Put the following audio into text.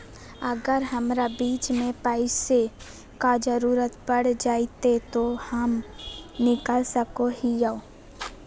अगर हमरा बीच में पैसे का जरूरत पड़ जयते तो हम निकल सको हीये